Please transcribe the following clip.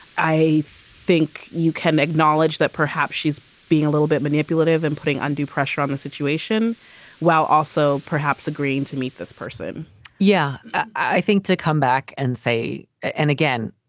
i think you can acknowledge that perhaps she's being a little bit manipulative and putting undue pressure on the situation while also perhaps agreeing to meet this person yeah, i think to come back and say and again,